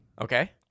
Okay